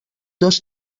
dos